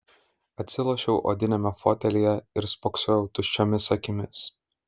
atsilošiau odiniame fotelyje ir spoksojau tuščiomis akimis